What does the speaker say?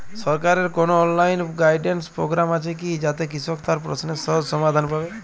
সরকারের কোনো online guidance program আছে কি যাতে কৃষক তার প্রশ্নের সহজ সমাধান পাবে?